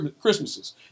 Christmases